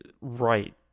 right